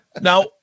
Now